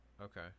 okay